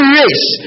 race